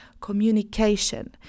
communication